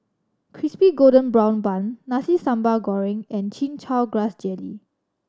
Crispy Golden Brown Bun Nasi Sambal Goreng and Chin Chow Grass Jelly